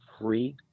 free